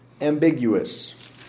ambiguous